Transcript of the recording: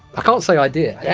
i can't say idea,